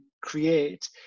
create